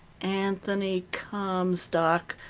anthony comstock,